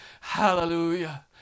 hallelujah